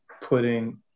putting